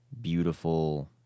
beautiful